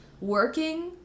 working